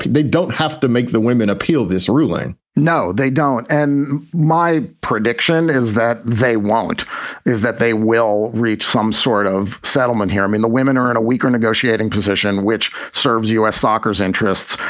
they don't have to make the women appeal this ruling no, they don't. and my prediction is that they want is that they will reach some sort of settlement here. i mean, the women are in a weaker negotiating position which serves u s. soccer's interests.